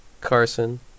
Carson